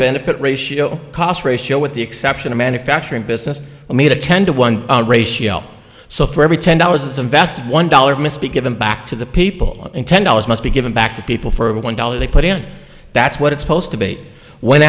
benefit ratio cost ratio with the exception of manufacturing business made a ten to one ratio so for every ten dollars invested one dollar misspeak given back to the people in ten dollars must be given back to people for one dollar they put in that's what it's supposed to be when